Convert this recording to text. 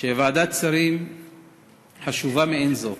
שוועדת שרים חשובה מעין זו,